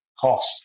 cost